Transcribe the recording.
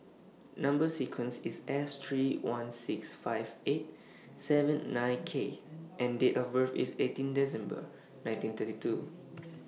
Number sequence IS S three one six five eight seven nine K and Date of birth IS eighteen December nineteen thirty two